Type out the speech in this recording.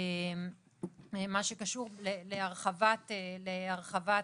מה שקשור להרחבת פתחים.